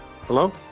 hello